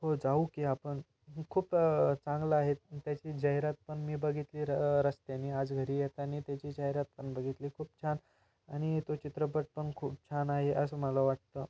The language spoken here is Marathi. हो जाऊ की आपण खूप चांगलं आहे त्याची जाहिरात पण मी बघितली र रस्त्याने आज घरी येताना त्याची जाहिरात पण बघितली खूप छान आणि तो चित्रपट पण खूप छान आहे असं मला वाटतं